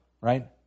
right